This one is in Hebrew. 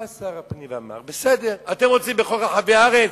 בא שר הפנים ואמר, בסדר, אתם רוצים בכל רחבי הארץ,